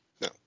no